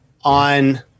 on